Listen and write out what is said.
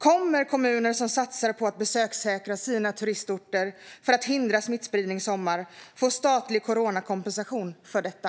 Kommer kommuner som satsar på att besökssäkra sina turistorter för att hindra smittspridning i sommar att få statlig coronakompensation för detta?